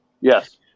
Yes